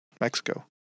Mexico